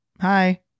Hi